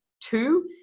Two